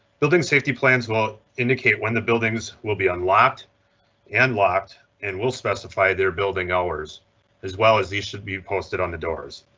building safety plans will indicate when the buildings will be unlocked and locked and will specify their building hours as well as these should be posted on the doors.